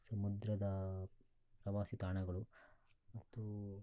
ಸಮುದ್ರದ ಪ್ರವಾಸಿ ತಾಣಗಳು ಮತ್ತೂ